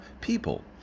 people